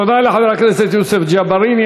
תודה לחבר הכנסת יוסף ג'בארין.